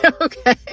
okay